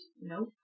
Nope